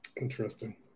Interesting